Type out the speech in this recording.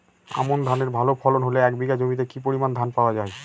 আমন ধানের ভালো ফলন হলে এক বিঘা জমিতে কি পরিমান ধান পাওয়া যায়?